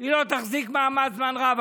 היא לא תחזיק מעמד זמן רב,